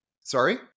sorry